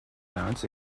mounts